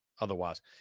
Otherwise